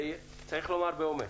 וצריך לומר באומץ.